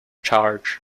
charge